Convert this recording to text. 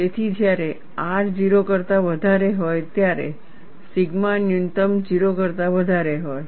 તેથી જ્યારે R 0 કરતા વધારે હોય ત્યારે સિગ્મા ન્યૂનતમ 0 કરતા વધારે હોય